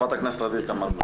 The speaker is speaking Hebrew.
חברת הכנסת ע'דיר כמאל.